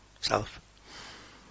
self